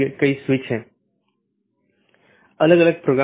तीसरा वैकल्पिक सकर्मक है जो कि हर BGP कार्यान्वयन के लिए आवश्यक नहीं है